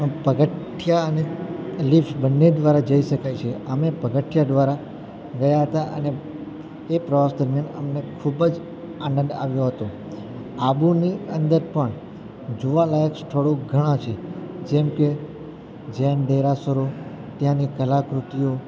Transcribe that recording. પગથિયા અને લિફ્ટ બંને દ્વારા જઈ શકાય છે અમે પગથિયાં દ્વારા ગયાં હતાં અને એ પ્રવાસ દરમિયાન અમને ખૂબ જ આનંદ આવ્યો હતો આબુની અંદર પણ જોવાલાયક સ્થળો ઘણાં છે જેમ કે જૈન દેરાસરો ત્યાંની કલાકૃતિઓ